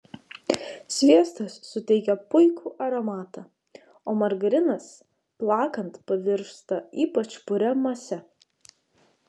sviestas suteikia puikų aromatą o margarinas plakant pavirsta ypač puria mase